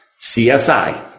CSI